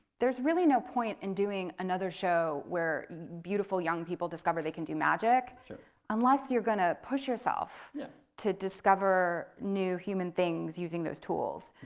there's really no point in doing another show where beautiful young people discover they can do magic unless you're gonna push yourself to discover new human things using those tools.